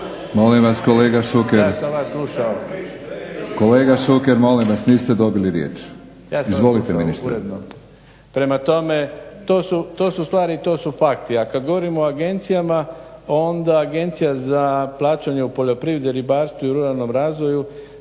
molim vas niste dobili riječ. Izvolite ministre./… Ja sam slušao uredno. Prema tome to su stvari, to su fakti. A kad govorimo o agencijama onda Agencija za plaćanje u poljoprivredi, ribarstvu i ruralnom razvoju